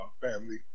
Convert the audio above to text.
family